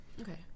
Okay